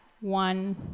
one